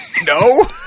No